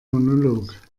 monolog